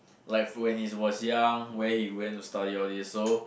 like from when he was young where he went to study all these so